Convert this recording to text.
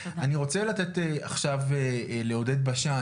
אני רוצה לתת עכשיו לעודד בשן,